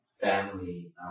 family